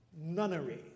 nunnery